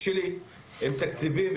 עם תקציבים,